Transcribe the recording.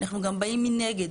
אנחנו גם באים מנגד.